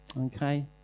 okay